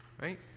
right